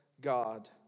God